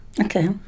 Okay